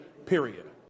period